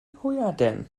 hwyaden